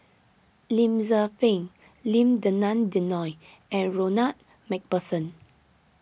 Lim Tze Peng Lim Denan Denon and Ronald MacPherson